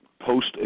post